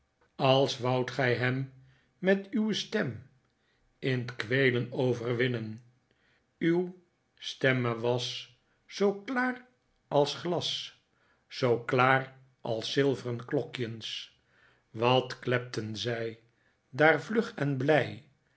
als woudt gij hem met uwe stem in t kweelen overwinnen uw stemme was zoo klaar als glas zoo klaar als zilvren klokjens wat klepten zij daar vlug en blij